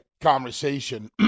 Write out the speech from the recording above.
conversation